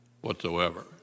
whatsoever